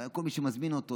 הרי כל מי שמזמין אותו,